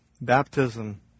baptism